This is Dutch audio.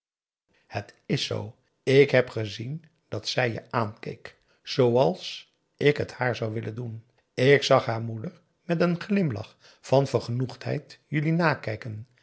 het is zoo ik heb gezien dat zij je aankeek zooals ik het haar zou willen doen ik zag haar moeder met een glimlach van vergenoegdheid jullie nakijken